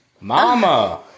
Mama